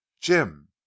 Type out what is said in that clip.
jim